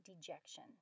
dejection